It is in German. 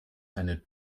eine